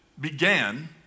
began